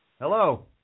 Hello